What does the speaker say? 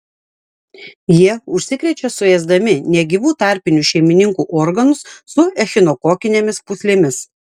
jie užsikrečia suėsdami negyvų tarpinių šeimininkų organus su echinokokinėmis pūslėmis